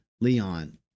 Leon